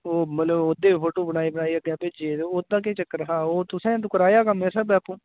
ओह् मतलब ओह्दे बी फोटो बनाई बनाइयै अग्गें भेजे दे ओह्दा केह् चक्कर हा ओह् तुसें कराया हा कम्म मेरे स्हाबै आपूं